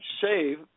save